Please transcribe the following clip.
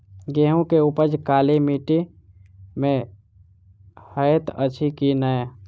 गेंहूँ केँ उपज काली माटि मे हएत अछि की नै?